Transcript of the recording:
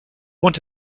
want